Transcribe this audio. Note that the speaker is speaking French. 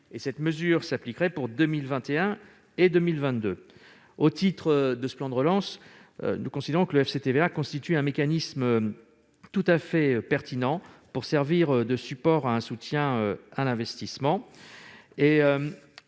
Cette mesure s'appliquerait pour 2021 et 2022. Au titre de ce plan de relance, nous considérons que le FCTVA constitue un mécanisme tout à fait pertinent pour servir de support au soutien à l'investissement.